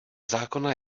zákona